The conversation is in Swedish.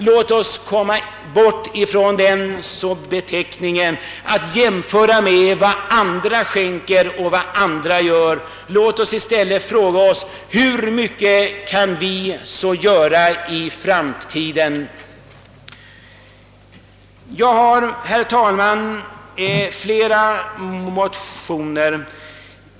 Låt oss komma bort från att jämföra med vad andra skänker och vad andra gör! Låt oss i stället fråga oss: Hur mycket mer kan vi göra i framtiden? Jag har, herr talman, flera motioner i dessa frågor.